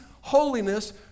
holiness